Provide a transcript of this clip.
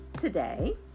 Today